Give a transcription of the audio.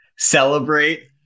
celebrate